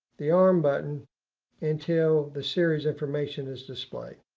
the arm button until the series information is displayed.